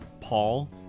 paul